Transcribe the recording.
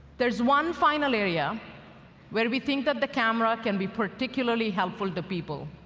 there's one final area where we think that the camera can be particularly helpful to people.